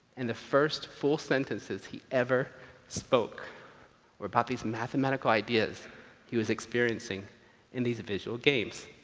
and the first full sentences he ever spoke were about these mathematical ideas he was experiencing in these visual games.